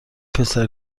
پسر